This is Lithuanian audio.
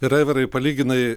ir aivarai palyginai